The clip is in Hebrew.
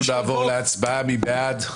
העבודה --- נצביע על הסתייגות 255. מי בעד?